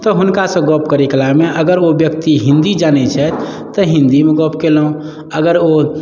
तऽ हुनका सऽ गप्प करै कलामे अगर ओ व्यक्ति हिन्दी जानै छथि तऽ हिन्दीमे गप्प केलहुँ अगर ओ